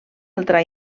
altra